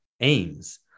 aims